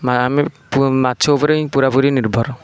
ଆମେ ମାଛ ଉପରେ ହିଁ ପୁରା ପୁରି ନିର୍ଭର